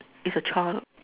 it's a child